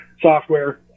software